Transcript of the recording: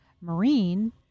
Marine